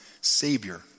Savior